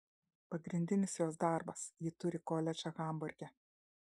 pagrindinis jos darbas ji turi koledžą hamburge